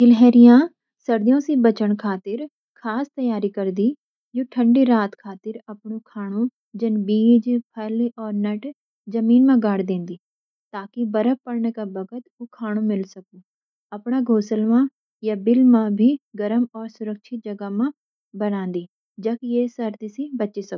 गिलहरियाँ सर्दियों सी बचन खातिर खास तैयारी करदीं। यू ठण्डी रात खातिर आपणयु खाऩु (जन बीज, फल, और नट) जमीन म गाड़ देंनदीं, ताकि बर्फ पड़ण के बखत ऊ खानू मिल सकु। आपण घौंसला या बिल भी गर्म और सुरक्षित जगा म बनानदीं, जख ह्वे सर्दी से बचे सकु।